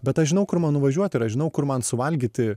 bet aš žinau kur man nuvažiuot ir aš žinau kur man suvalgyti